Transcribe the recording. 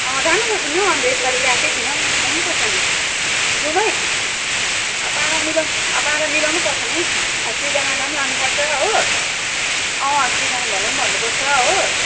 अँ जानुपर्छ नि हौ अन्त यसपालि गएकै छुइनौँ जानुपर्छ नि जाउँ है अब पारा मिलाउँ अब पारा मिलाउनुपर्छ नि अब सृजनालाई पनि लानुपर्छ हो अँ सृजना भाउजूलाई पनि भन्नुपर्छ हो